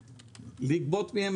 לא, שיבקשו פרטני.